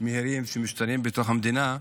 מהירים שמשתנים בתוך המדינה.